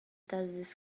this